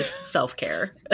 self-care